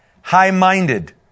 high-minded